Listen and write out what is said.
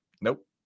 Nope